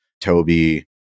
Toby